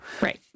Right